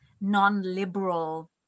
non-liberal